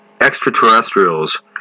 extraterrestrials